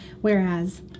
whereas